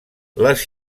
les